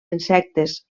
insectes